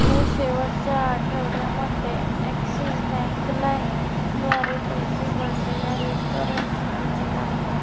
मी शेवटच्या आठवड्यामध्ये Axis bank लाईमद्वारे पैसे भरलेल्या रेश्टाॅरनची सूची दाखवा